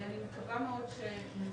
אני מקווה מאוד שנצליח.